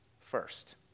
first